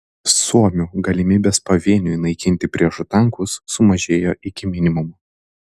suomių galimybės pavieniui naikinti priešo tankus sumažėjo iki minimumo